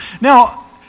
Now